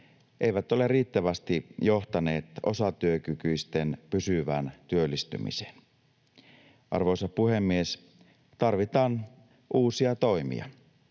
eivät ole riittävästi johtaneet osatyökykyisten pysyvään työllistymiseen. Arvoisa puhemies! Tarvitaan uusia toimia.